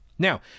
Now